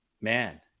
man